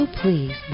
please